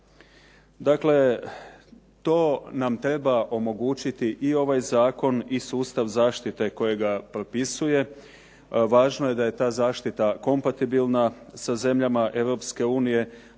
Dakle, to nam treba omogućiti i ovaj zakon i sustav zaštite kojega propisuje. Važno je da je ta zaštita kompatibilna sa zemljama